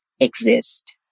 Exist